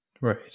Right